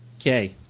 Okay